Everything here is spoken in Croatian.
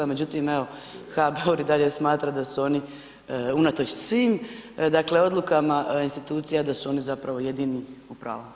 Međutim evo HBOR i dalje smatra da su oni unatoč svim dakle odlukama institucija da su oni zapravo jedini u pravu.